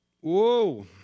Whoa